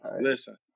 Listen